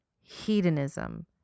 Hedonism